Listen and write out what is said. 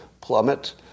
plummet